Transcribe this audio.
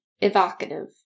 evocative